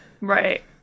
Right